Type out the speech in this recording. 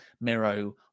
Miro